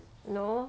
no